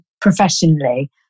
professionally